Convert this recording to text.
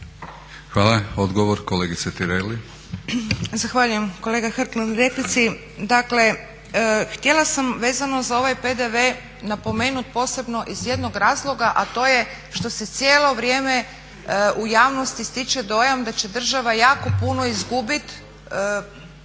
laburisti - Stranka rada)** Zahvaljujem kolega Hrg na replici. Dakle, htjela sam vezano za ovaj PDV napomenuti posebno iz jednog razloga a to je što se cijelo vrijeme u javnosti stiče dojam da će država jako puno izgubiti